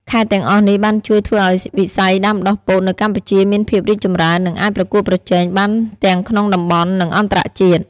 ខេត្តទាំងអស់នេះបានជួយធ្វើឱ្យវិស័យដាំដុះពោតនៅកម្ពុជាមានភាពរីកចម្រើន និងអាចប្រកួតប្រជែងបានទាំងក្នុងតំបន់ និងអន្តរជាតិ។